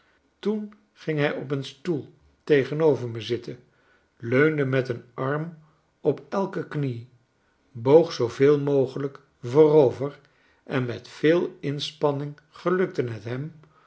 toen ging hij op een stoel tegenover me zitten leunde met een arm op elkc knie boog zooveel mogelijk voorover en met veel inspanning gelukte het hem